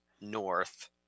north